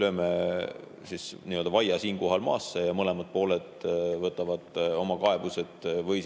lööme nii-öelda vaia siinkohal maasse, kui mõlemad pooled võtavad oma kaebused või